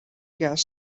gas